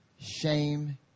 shame